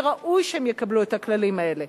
וראוי שהם יקבלו את הכללים האלה.